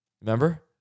Remember